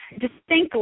distinctly